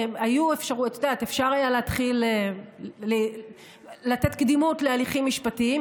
אפשר היה לתת קדימות להליכים משפטיים.